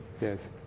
Yes